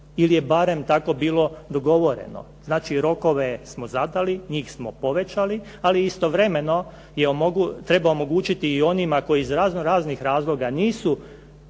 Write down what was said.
ili je barem tako bilo dogovoreno. Znači, rokove smo zadali, njih smo povećali, ali istovremeno treba omogućiti i onima koji iz raznoraznih razloga nisu